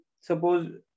suppose